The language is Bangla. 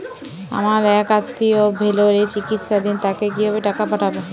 আমার এক আত্মীয় ভেলোরে চিকিৎসাধীন তাকে কি ভাবে টাকা পাঠাবো?